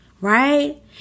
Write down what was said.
right